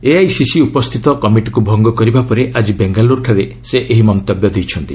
AICC ଉପସ୍ଥିତ କମିଟିକୁ ଭଙ୍ଗ କରିବା ପରେ ଆଜି ବେଙ୍ଗାଲୁରୁଠାରେ ସେ ଏହି ମନ୍ତବ୍ୟ ଦେଇଛନ୍ତି